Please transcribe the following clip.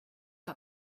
got